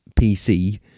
PC